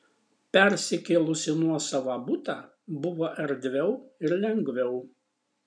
persikėlus į nuosavą butą buvo erdviau ir lengviau